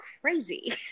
crazy